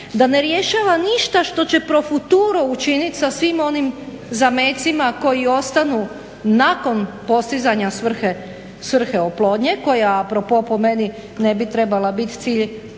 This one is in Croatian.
da ne rješava ništa što će profuturo učiniti sa svim onim zamecima koji ostanu nakon postizanja svrhe oplodnje koja a propos po meni ne bi trebala biti cilj